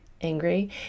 angry